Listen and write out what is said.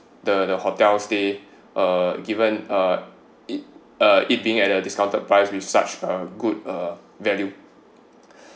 the the hotel stay uh given uh it uh it being at a discounted price with such a good uh value